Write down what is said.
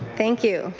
thank you.